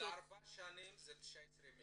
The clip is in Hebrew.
לארבע שנים זה 19 מיליון.